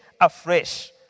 afresh